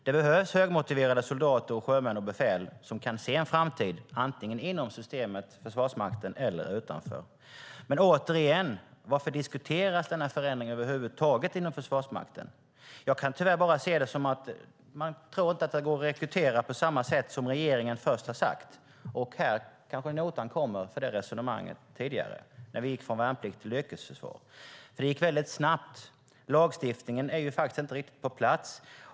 Det behövs högmotiverade soldater, sjömän och befäl som kan se en framtid antingen inom systemet eller utanför. Men återigen, varför diskuteras denna förändring över huvud taget inom Försvarsmakten? Jag kan tyvärr bara se det som att man inte tror att det går att rekrytera på samma sätt som regeringen först har sagt. Här kanske notan kommer för det resonemanget som fördes tidigare när vi gick från värnplikt till yrkesförsvar, för det gick väldigt snabbt. Lagstiftningen är faktiskt inte riktigt på plats.